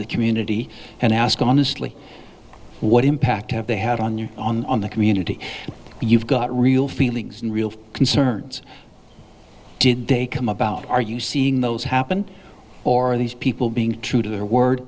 the community and ask honestly what impact have they had on you on the community you've got real feelings and real concerns did they come about are you seeing those happen or are these people being true to their word